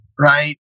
right